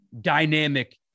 dynamic